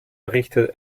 errichtet